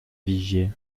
vigier